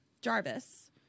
Jarvis